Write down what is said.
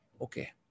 Okay